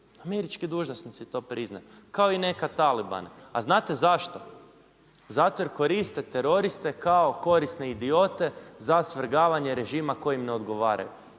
Američki dužnosnici to priznaju kao i nekad talibane. A znate zašto? Zato jer koriste teroriste kao korisne idiote za svrgavanje režima koji im ne odgovaraju.